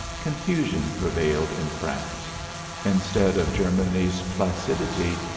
confusion prevailed in france instead of germany's placidity,